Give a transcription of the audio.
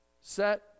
Set